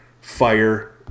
fire